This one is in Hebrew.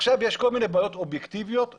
עכשיו, יש כל מיני בעיות אובייקטיביות לאייש.